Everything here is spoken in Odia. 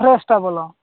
ଫ୍ରେଶଟା ଭଲ